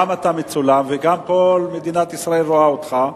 גם אתה מצולם וגם כל מדינת ישראל רואה אותך,